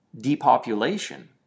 depopulation